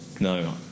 No